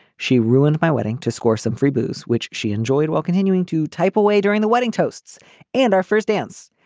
she ruined my wedding to score some free booze, which she enjoyed while continuing to type away during the wedding toasts and our first dance.